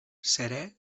serè